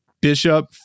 Bishop